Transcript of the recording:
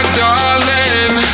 darling